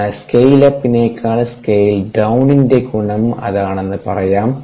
അതിനാൽ സ്കെയിൽ അപ്പ്നേക്കാൾ സ്കെയിൽ ഡൌണിന്റെ ഗുണം അതാണെന്ന് പറയാം